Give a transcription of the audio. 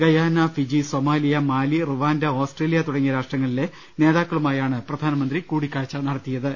Guyana Fiji Somalia Mali Rwanda Australia തുടങ്ങിയ രാഷ്ട്രങ്ങളിലെ നേതാക്കളുമായാണ് പ്രധാനമന്ത്രി കൂടി ക്കാഴ്ച നടത്തിയത്